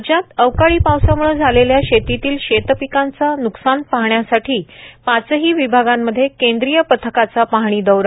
राज्यात अवकाळी पावसाम्ळं झालेल्या शेतीतील शेतपिकांचा नुकसान पाहण्यासाठी पाचही विभागांमध्ये केंद्रीय पथकाचा पाहणी दौरा